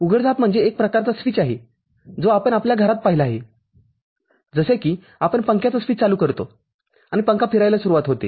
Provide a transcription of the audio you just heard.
उघडझाप म्हणजे एक प्रकारचा स्विच आहे जो आपण आपल्या घरात पाहिला आहे जसे कि आपण पंख्याचा स्विच चालू करतो आणि पंखा फिरायला सुरुवात होते